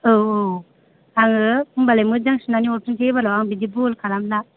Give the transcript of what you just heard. औ औ आङो होमबालाय मोजां सुनानै हरफिनसै एबाराव आं बिदि बुहुल खालामला